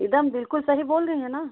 एक दम बिल्कुल सही बोल रही हैं ना